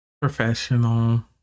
professional